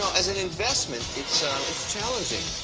as an investment, it's challenging.